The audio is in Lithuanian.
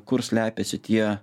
kur slepiasi tie